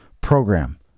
program